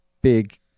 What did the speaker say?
big